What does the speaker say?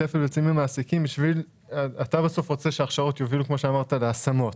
אתה בסוף רוצה שההכשרות יובילו להשמות.